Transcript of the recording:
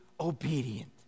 obedient